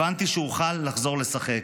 הבנתי שאוכל לחזור לשחק.